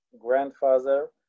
grandfather